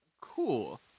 Cool